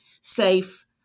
safe